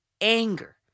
anger